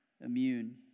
immune